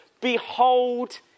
behold